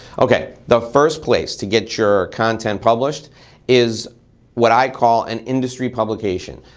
okay, the first place to get your content published is what i call an industry publication.